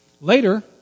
Later